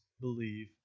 believe